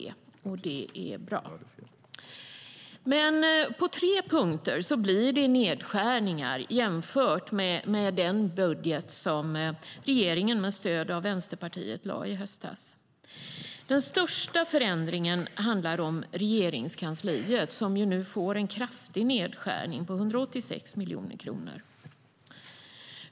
Det är bra. Men på tre punkter blir det nedskärningar jämfört med den budget som regeringen med stöd av Vänsterpartiet lade fram i höstas. Den största förändringen handlar om Regeringskansliet, som nu får en kraftig nedskärning på 186 miljoner kronor.